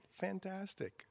fantastic